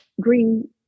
green